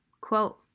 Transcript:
Quote